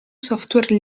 software